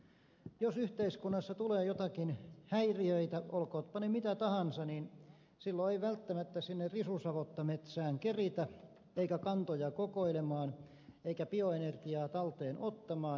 jos yhteiskunnassa tulee joitakin häiriöitä olkootpa ne mitä tahansa niin silloin ei välttämättä sinne risusavottametsään keritä eikä kantoja kokoilemaan eikä bioenergiaa talteen ottamaan